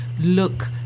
look